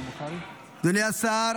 אדוני השר,